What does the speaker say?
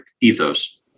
ethos